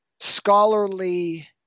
scholarly –